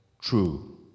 true